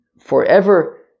forever